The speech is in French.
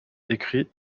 écrit